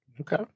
Okay